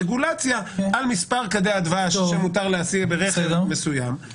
רגולציה על מספר כדי הדבש שמותר להסיע ברכב מסוים,